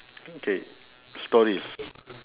okay stories